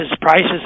prices